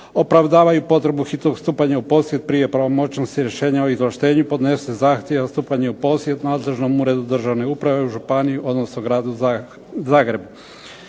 opravdavaju potrebu hitnog postupka u posjed prije pravomoćnog rješenja o izvlaštenju podnese zahtjev za stupanje u posjed nadležnom uredu državne uprave, županiji odnosno gradu Zagrebu.